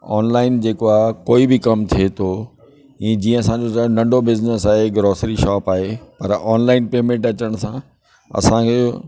online जेको आहे कोई बि कमु थिये तो ईअं जीअं असांजो नंढो बिज़निस आहे ग्रोसरी शॉप आहे पर ऑनलाइन पेमेंट अचण सां असांखे